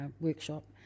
workshop